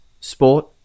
Sport